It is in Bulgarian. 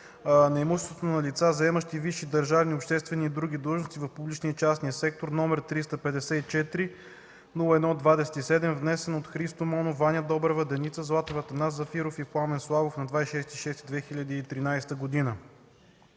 на имуществото на лица, заемащи висши държавни, обществени и други длъжности в публичния и частния сектор, № 354-01-27, внесен от Христо Монов, Ваня Добрева, Деница Златева, Атанас Зафиров и Пламен Славов на 26 юни 2013 г.